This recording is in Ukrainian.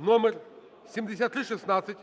(№ 7316)